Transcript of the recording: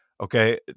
okay